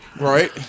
right